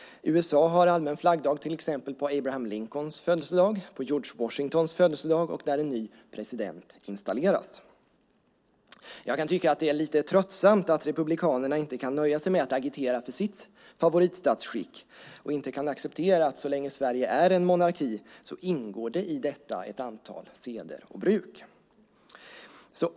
USA har allmän flaggdag till exempel på Abraham Lincolns födelsedag, på George Washingtons födelsedag och när en ny president installeras. Jag kan tycka att det är lite tröttsamt att republikanerna inte kan nöja sig med att agitera för sitt favoritstatsskick och att de inte kan acceptera att det så länge Sverige är en monarki ingår ett antal seder och bruk i detta.